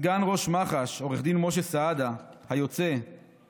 סגן ראש מח"ש היוצא, עו"ד משה סעדה, המודח,